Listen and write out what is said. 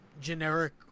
generic